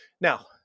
Now